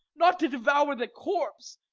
not to devour the corpse,